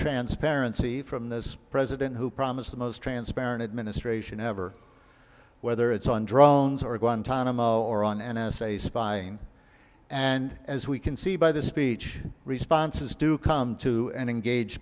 transparency from this president who promised the most transparent administration ever whether it's on drones or guantanamo or on n s a spying and as we can see by the speech responses do come to an engage